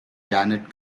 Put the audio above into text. janet